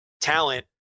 talent